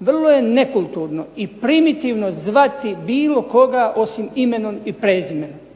Vrlo je nekulturno i primitivno zvati bilo koga osim imenom i prezimenom.